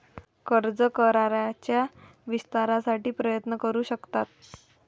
कर्ज कराराच्या विस्तारासाठी प्रयत्न करू शकतात